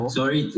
sorry